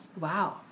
Wow